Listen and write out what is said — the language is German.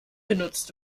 benutzt